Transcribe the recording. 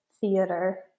theater